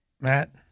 Matt